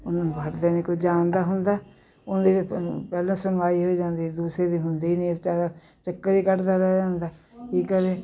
ਉਹਨਾਂ ਨੂੰ ਬਹੁਤ ਕੋਈ ਜਾਣਦਾ ਹੁੰਦਾ ਉਹਨਾਂ ਦੀ ਵੀ ਪ ਪਹਿਲਾ ਸੁਣਵਾਈ ਹੋਈ ਜਾਂਦੀ ਦੂਸਰੇ ਦੀ ਹੁੰਦੀ ਨਹੀਂ ਬਚਾਰਾ ਚੱਕਰ ਏ ਕੱਟਦਾ ਰਹਿ ਜਾਂਦਾ ਕੀ ਕਰੇ